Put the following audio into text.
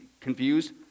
confused